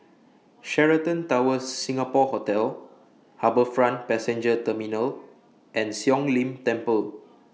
Sheraton Towers Singapore Hotel HarbourFront Passenger Terminal and Siong Lim Temple